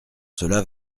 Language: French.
cela